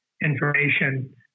information